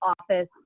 office